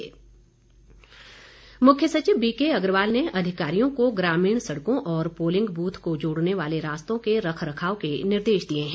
BK Agarwal मुख्य सचिव B K Agarwal ने अधिकारियों को ग्रामीण सड़कों और पोलिंग बूथ को जोड़ने वाले रास्तों के रखरखाव के निर्देश दिए हैं